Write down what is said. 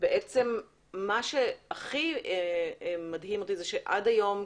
מה שהכי מדהים אותי הוא שעד היום,